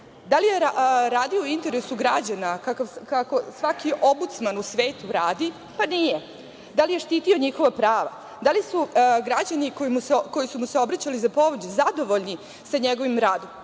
li je radio u interesu građana kako svaki ombudsman u svetu radi? Nije. Da li je štitio njihova prava? Da li su građani koji su mu se obraćali za pomoć zadovoljni sa njegovim radom?